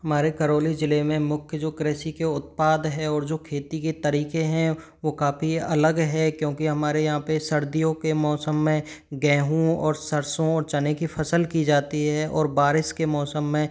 हमारे करोली जिले में मुख्य जो कृषि के उत्पाद हैं और जो खेती के तरीके हैं वो काफ़ी हैं अलग है क्योंकि हमारे यहाँ पर सर्दियों के मौसम में गेहूं और सरसों चने की फसल की जाती है और बारिश के मौसम में